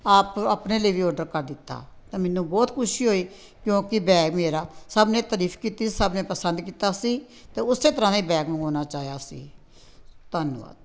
ਆਪ ਆਪਣੇ ਲਈ ਵੀ ਔਡਰ ਕਰ ਦਿੱਤਾ ਤਾਂ ਮੈਨੂੰ ਬਹੁਤ ਖੁਸ਼ੀ ਹੋਈ ਕਿਉਂ ਕਿ ਬੈਗ ਮੇਰਾ ਸਭ ਨੇ ਤਰੀਫ਼ ਕੀਤੀ ਸਭ ਨੇ ਪਸੰਦ ਕੀਤਾ ਸੀ ਅਤੇ ਉਸ ਤਰ੍ਹਾਂ ਦਾ ਹੀ ਬੈਗ ਮੰਗਵਾਉਣਾ ਚਾਹਿਆ ਸੀ ਧੰਨਵਾਦ